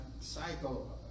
cycle